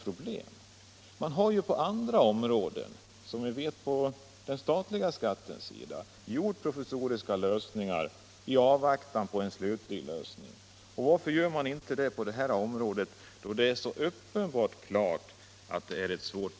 Som vi vet har det åstadkommits provisoriska lösningar i fråga om den statliga skatten i avvaktan på en slutlig lösning. Varför sker inte samma sak på det kommunala området där problemen uppenbart är svåra?